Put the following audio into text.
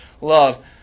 love